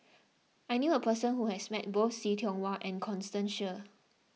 I knew a person who has met both See Tiong Wah and Constance Sheares